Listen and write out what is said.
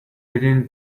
within